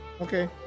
Okay